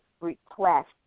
request